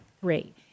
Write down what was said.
Three